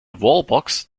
wallbox